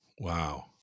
Wow